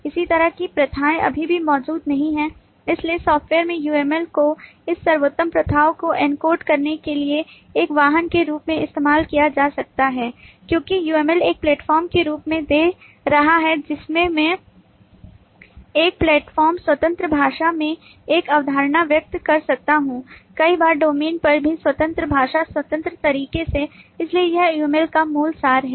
इसी तरह की प्रथाएं अभी भी मौजूद नहीं हैं इसलिए सॉफ्टवेयर में UML को इस सर्वोत्तम प्रथाओं को एनकोड करने के लिए एक वाहन के रूप में इस्तेमाल किया जा सकता है क्योंकि UML एक प्लेटफॉर्म के रूप में दे रहा है जिसमें मैं एक प्लेटफॉर्म स्वतंत्र भाषा में एक अवधारणा व्यक्त कर सकता हूं कई बार डोमेन पर भी स्वतंत्र भाषा स्वतंत्र तरीके से इसलिए यह UML का मूल सार है